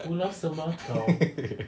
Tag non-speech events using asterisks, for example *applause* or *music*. *laughs*